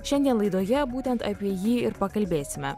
šiandien laidoje būtent apie jį ir pakalbėsime